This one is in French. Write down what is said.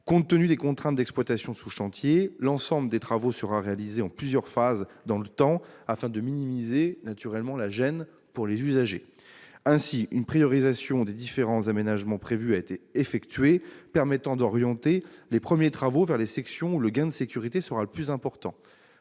Compte tenu des contraintes d'exploitation sous chantier, l'ensemble des travaux sera réalisé en plusieurs phases dans le temps afin de minimiser la gêne pour les usagers. Ainsi, une priorisation des différents aménagements prévus a été effectuée, permettant d'orienter les premiers travaux vers les sections où le gain de sécurité sera le plus important.